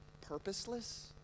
purposeless